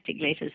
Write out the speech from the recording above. letters